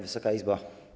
Wysoka Izbo!